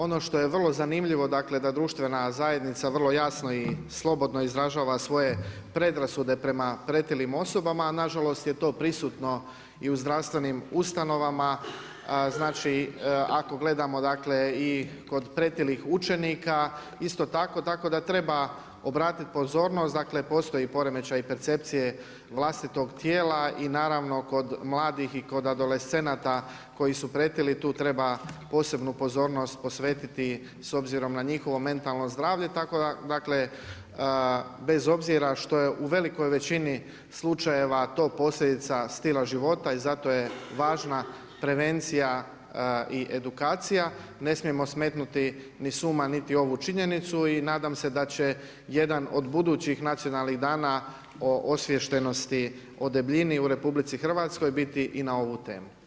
Ono što je vrlo zanimljivo, dakle da društvena zajednica vrlo jasno i slobodno izražava svoje predrasude prema pretilim osobama, nažalost je to prisutno i u zdravstvenim ustanovama, znači ako gledamo dakle i kod pretilih učenika, isto tako, tako da treba obratiti pozornost, dakle postoji poremećaj percepcije vlastitog tijela i naravno, kod mladih i kod adolescenata koji su pretili, tu treba posebnu pozornost posvetiti s obzirom na njihovo mentalno zdravlje, tako dakle bez obzira što je u velikoj veličini slučajeva to posljedica stila života, i zato je važna prevencija i edukacija, ne smijemo smetnuti ni s uma niti ovu činjenicu i nadam se da će jedan od budućih nacionalnih Dana osviještenosti o debljini u RH biti i na ovu temu.